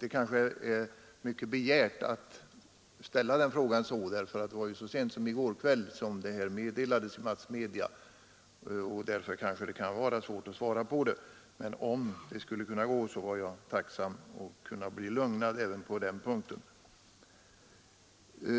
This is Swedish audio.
Det kan kanske vara svårt att svara på den frågan, eftersom detta meddelades i massmedia så sent som i går kväll, men om jag kunde få ett svar skulle jag vara tacksam och kanske bli lugnad även på den punkten.